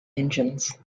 engines